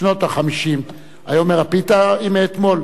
בשנות ה-50, היה אומר: הפיתה היא מאתמול.